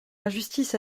injustice